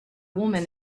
woman